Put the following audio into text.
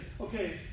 okay